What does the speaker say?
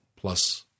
plus